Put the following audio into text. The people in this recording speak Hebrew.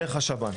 דרך השב"ן,